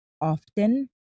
often